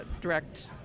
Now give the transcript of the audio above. direct